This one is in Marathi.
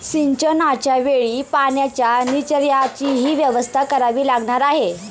सिंचनाच्या वेळी पाण्याच्या निचर्याचीही व्यवस्था करावी लागणार आहे